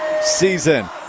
season